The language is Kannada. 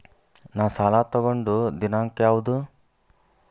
ನಾ ಸಾಲ ತಗೊಂಡು ದಿನಾಂಕ ಯಾವುದು?